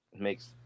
makes